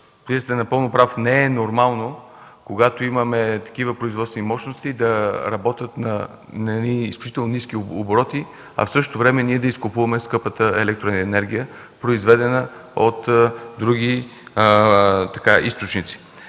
Вие сте напълно прав – не е нормално, когато имаме такива производствени мощности, да работят на изключително ниски обороти, а в същото време ние да изкупуваме скъпата електроенергия, произведена от други източници.